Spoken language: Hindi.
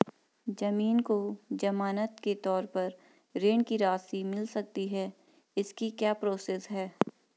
ज़मीन को ज़मानत के तौर पर ऋण की राशि मिल सकती है इसकी क्या प्रोसेस है?